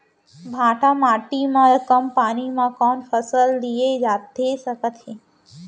भांठा माटी मा कम पानी मा कौन फसल लिए जाथे सकत हे?